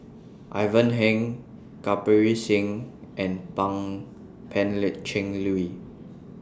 Ivan Heng Kirpal Singh and Pan Cheng Lui